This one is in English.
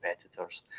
competitors